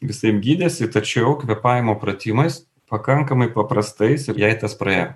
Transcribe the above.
visaip gydėsi tačiau kvėpavimo pratimais pakankamai paprastais ir jai tas praėjo